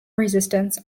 resistance